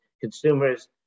consumers